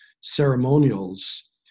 ceremonials